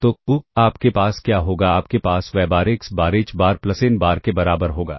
तो आपके पास क्या होगा आपके पास y बार x बार h बार प्लस n बार के बराबर होगा